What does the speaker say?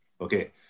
Okay